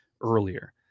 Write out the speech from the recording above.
earlier